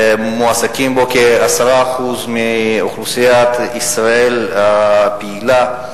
מועסקים בתחום הזה כ-10% מאוכלוסיית ישראל הפעילה,